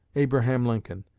abraham lincoln.